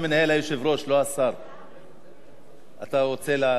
רוצה להשיב?